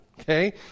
okay